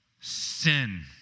sin